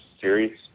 Series